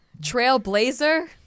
trailblazer